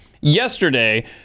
yesterday